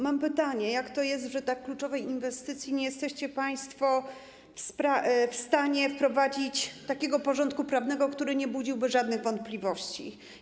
Mam pytanie, jak to jest, że w przypadku tak kluczowej inwestycji nie jesteście państwo w stanie wprowadzić takiego porządku prawnego, który nie budziłby żadnych wątpliwości.